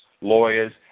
lawyers